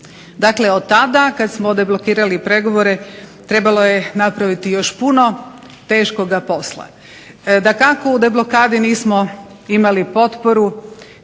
Dakle, od tada kad smo deblokirali pregovore trebalo je napraviti još puno teškoga posla. Dakako, u deblokadi nismo imali potporu